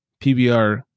pbr